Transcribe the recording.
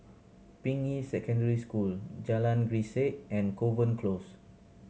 Ping Yi Secondary School Jalan Grisek and Kovan Close